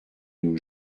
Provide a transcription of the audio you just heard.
nos